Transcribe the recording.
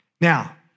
Now